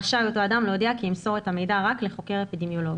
רשאי אותו אדם להודיע כי ימסור את המידע רק לחוקר אפידמיולוגי.